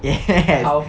yes